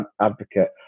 advocate